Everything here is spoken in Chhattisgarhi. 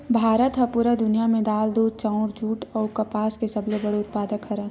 भारत हा पूरा दुनिया में दाल, दूध, चाउर, जुट अउ कपास के सबसे बड़े उत्पादक हरे